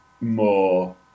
more